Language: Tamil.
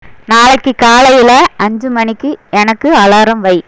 நாளைக்கு காலையில் அஞ்சு மணிக்கு எனக்கு அலாரம் வை